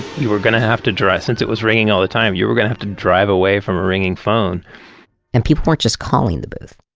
you were going to have to drive since it was ringing all the time you were going to have to drive away from a ringing phone and people weren't just calling the booth